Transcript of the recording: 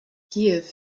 kiew